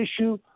issue